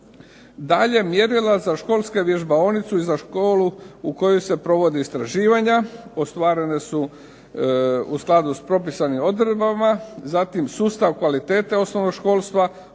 dalje mjerila za školsku vježbaonicu i za školu u kojoj se provode istraživanja, ostvarene su u skladu s propisanim odredbama, zatim sustav kvalitete osnovnoškolstva,